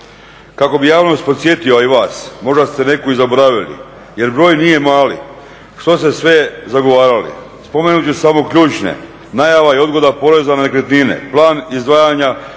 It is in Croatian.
Kako bi javnost podsjetio a i vas možda ste neku i zaboravili jer broj nije mali što ste sve zagovarali. Spomenuti ću samo ključne najava i odgoda poreza na nekretnine, plan izdvajanja